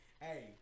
hey